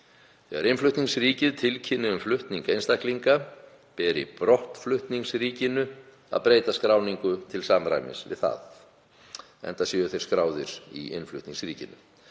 Þegar innflutningsríkið tilkynni um flutning einstaklinga beri brottflutningsríkinu að breyta skráningu til samræmis við það, enda séu þeir skráðir í innflutningsríkinu.